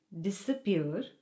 disappear